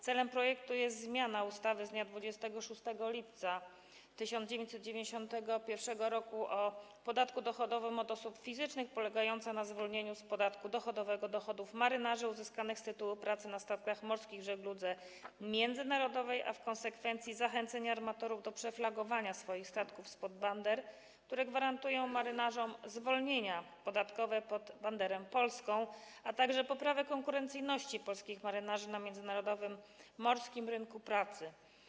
Celem projektu jest zmiana ustawy z dnia 26 lipca 1991 r. o podatku dochodowym od osób fizycznych polegająca na zwolnieniu z podatku dochodowego dochodów marynarzy uzyskanych z tytułu pracy na statkach morskich w żegludze międzynarodowej, a w konsekwencji zachęcenie armatorów do przeflagowania swoich statków spod bander, które gwarantują marynarzom zwolnienia podatkowe, pod banderę polską, a także poprawę konkurencyjności polskich marynarzy na międzynarodowym morskim rynku pracy.